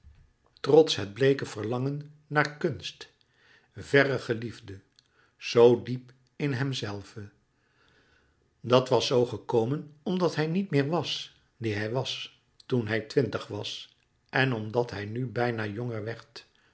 trots het bleeke verlangen naar kunst verre geliefde zoo diep in hemzelven dat was zoo gekomen omdat hij niet meer was die hij was toen hij twintig was en omdat hij nu bijna jonger werd